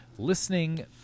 Listening